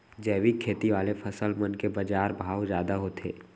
जैविक खेती वाले फसल मन के बाजार भाव जादा होथे